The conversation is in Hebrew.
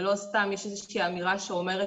ולא סתם יש איזה שהיא אמירה שאומרת